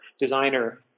designer